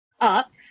up